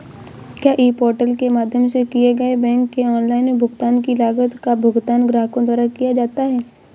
क्या e portal के माध्यम से किए गए बैंक के ऑनलाइन भुगतान की लागत का भुगतान ग्राहकों द्वारा किया जाता है?